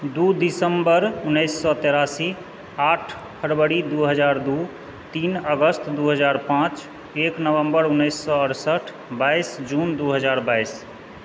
दू दिसम्बर उन्नैस सए तेरासी आठ फरवरी दू हजार दू तीन अगस्त दू हजार पांँच एक नवम्बर उनैस सौ अठसठि बाइस जून दू हजार बाइस